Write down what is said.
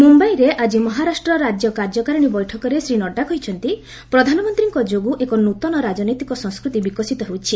ମୁମ୍ଭାଇରେ ଆଜି ମହାରାଷ୍ଟ୍ର ରାଜ୍ୟ କାର୍ଯ୍ୟକାରିଣୀର ବୈଠକରେ ଶ୍ରୀ ନଡ୍ରା କହିଛନ୍ତି ପ୍ରଧାନମନ୍ତ୍ରୀଙ୍କ ଯୋଗୁଁ ଏକ ନ୍ନତନ ରାଜନୈତିକ ସଂସ୍କୃତି ବିକଶିତ ହୋଇଛି